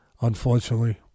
unfortunately